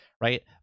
right